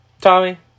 Tommy